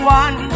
one